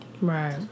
Right